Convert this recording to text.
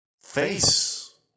face